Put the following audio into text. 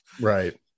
Right